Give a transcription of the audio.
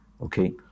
okay